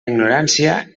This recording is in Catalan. ignorància